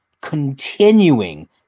continuing